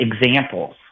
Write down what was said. examples